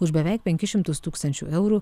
už beveik penkis šimtus tūkstančių eurų